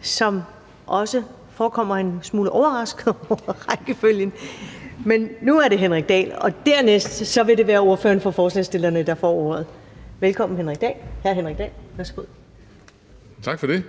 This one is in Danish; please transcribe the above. som også forekommer en smule overrasket over rækkefølgen. Nu er det hr. Henrik Dahl, og dernæst er det ordføreren for forslagsstillerne, der får ordet. Velkommen, hr. Henrik Dahl. Værsgo. Kl. 16:40 (Ordfører) Henrik Dahl (LA): Tak for det.